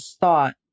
thought